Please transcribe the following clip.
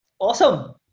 Awesome